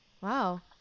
wow